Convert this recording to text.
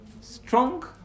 strong